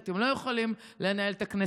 אם אתם לא יכולים לנהל את הכנסת,